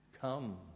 Come